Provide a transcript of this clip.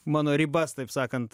mano ribas taip sakant